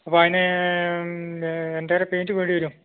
അപ്പം അതിന് എന്തോരം പെയിൻറ്റ് വേണ്ടി വരും